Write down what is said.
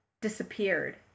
disappeared